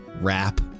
rap